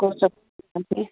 कौन्स सब